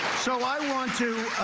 so i want to